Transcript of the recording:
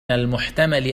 المحتمل